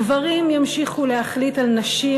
גברים ימשיכו להחליט על נשים